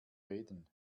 reden